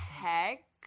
heck